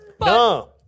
No